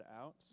out